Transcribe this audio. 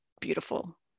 beautiful